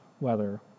weather